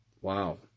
wow